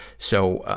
so, ah,